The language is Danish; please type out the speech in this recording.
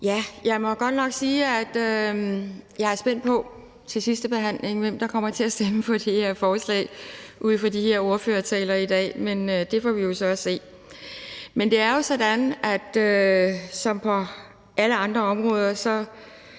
Jeg må godt nok sige, at jeg er spændt på, hvem der til sidstebehandlingen kommer til at stemme for det her forslag, ud fra de her ordførertaler i dag, men det får vi jo så at se. Det er jo sådan som på alle andre områder, at